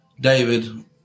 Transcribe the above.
David